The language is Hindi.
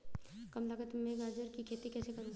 कम लागत में गाजर की खेती कैसे करूँ?